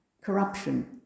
corruption